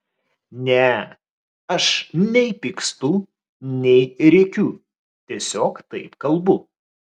ne aš nei pykstu nei rėkiu tiesiog taip kalbu